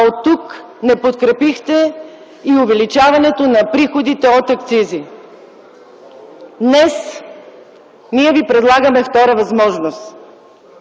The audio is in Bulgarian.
а оттук не подкрепихте и увеличаването на приходите от акцизи. Днес ние ви предлагаме втора възможност